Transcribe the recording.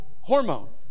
hormone